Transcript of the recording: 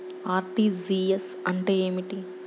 RTGS అంటే ఏమిటి?